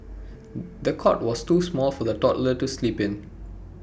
the cot was too small for the toddler to sleep in